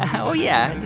ah oh, yeah.